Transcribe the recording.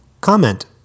comment